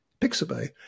Pixabay